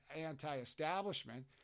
anti-establishment